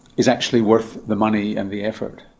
it's actually worth the money and the effort?